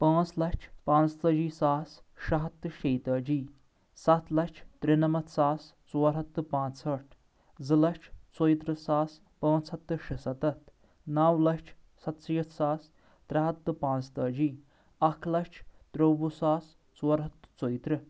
پانٛژھ لچھ پانٛژتٲجی ساس شیٚے ہتھ تہٕ شیٚیہِ تٲجی ستھ لچھ ترٛنمتھ ساس ژور ہتھ تہٕ پانٛژھ ہٲٹھ زٕ لچھ ژۄیہِ تٕرٕہ ساس پانٛژھ ہتھ تہٕ شُستتھ نو لچھ ستشیٖتھ ساس ترٛےٚ ہتھ تہٕ پانٛژھ تٲجی اکھ لچھ ترٛووہ ساس ژور ہتھ تہٕ ژۄیہِ ترٕہ